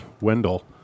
Wendell